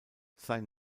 sein